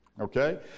Okay